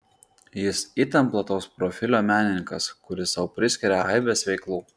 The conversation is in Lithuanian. jis itin plataus profilio menininkas kuris sau priskiria aibes veiklų